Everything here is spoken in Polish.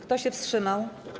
Kto się wstrzymał?